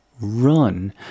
run